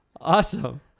awesome